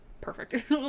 perfect